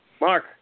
Mark